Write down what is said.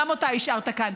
גם אותה השארת כאן,